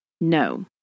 No